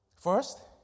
First